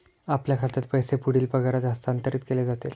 आपल्या खात्यात पैसे पुढील पगारात हस्तांतरित केले जातील